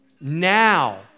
Now